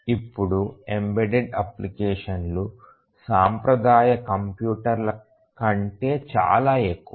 ఇప్పుడు ఎంబెడెడ్ అప్లికేషన్లు సాంప్రదాయ కంప్యూటర్ల కంటే చాలా ఎక్కువ